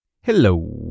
Hello